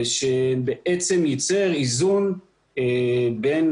שבעצם ייצר איזון בין